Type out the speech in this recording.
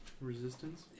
resistance